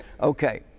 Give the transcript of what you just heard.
okay